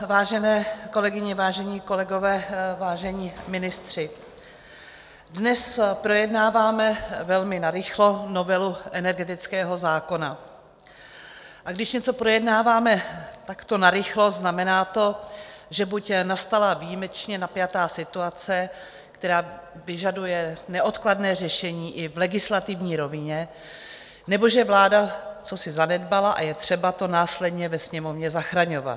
Vážené kolegyně, vážení kolegové, vážení ministři, dnes projednáváme velmi narychlo novelu energetického zákona, a když něco projednáváme takto narychlo, znamená to, že buď nastala výjimečně napjatá situace, která vyžaduje neodkladné řešení i v legislativní rovině, nebo že vláda cosi zanedbala a je třeba to následně ve Sněmovně zachraňovat.